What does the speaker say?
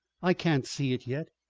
i can't see it yet.